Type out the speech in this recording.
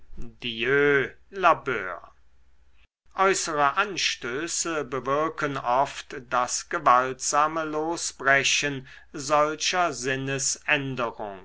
äußere anstöße bewirken oft das gewaltsame losbrechen solcher sinnesänderung